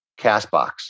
CastBox